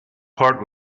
part